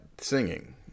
singing